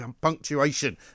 punctuation